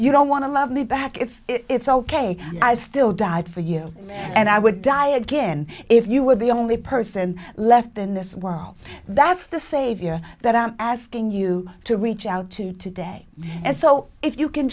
you don't want to love me back it's it's ok i still died for you and i would die again if you were the only person left in this world that's the savior that i'm asking you to reach out to today and so if you can